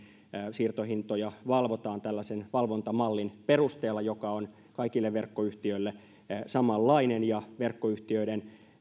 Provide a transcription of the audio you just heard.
siirtohintoja valvotaan tällaisen valvontamallin perusteella joka on kaikille verkkoyhtiöille samanlainen ja verkkoyhtiöiden